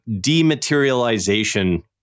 dematerialization